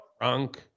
drunk